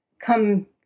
come